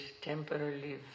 temporarily